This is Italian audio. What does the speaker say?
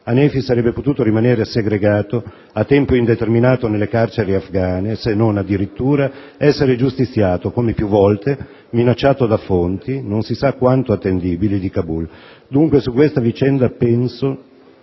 Hanefi sarebbe potuto rimanere segregato a tempo indeterminato nelle carceri afghane se non, addirittura, essere giustiziato, come più volte minacciato da fonti, non si sa quanto attendibili, di Kabul. Dunque, su questa vicenda penso